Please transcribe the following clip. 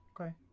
Okay